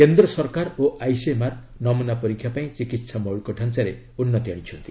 କେନ୍ଦ୍ର ସରକାର ଓ ଆଇସିଏମ୍ଆର୍ ନମୁନା ପରୀକ୍ଷା ପାଇଁ ଚିକିତ୍ସା ମୌଳିକଢାଞ୍ଚାରେ ଉନ୍ନତି ଆଣିଛନ୍ତି